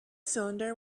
cylinder